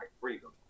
freedom